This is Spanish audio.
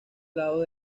lados